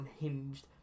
unhinged